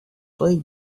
play